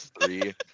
three